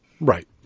Right